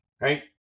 Right